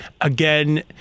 again